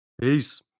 Peace